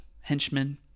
henchmen